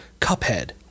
cuphead